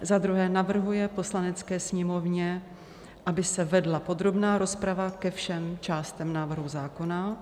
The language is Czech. II. navrhuje Poslanecké sněmovně, aby se vedla podrobná rozprava ke všem částem návrhu zákona;